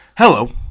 Hello